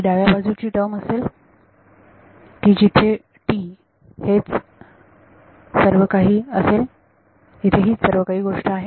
ही डाव्या बाजूची टर्म असेल की जिथे T हेच काही सर्व गोष्ट असेल इथे हीच सर्व काही गोष्ट आहे